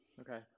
Okay